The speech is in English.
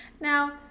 Now